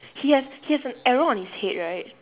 he has he has an arrow on his head right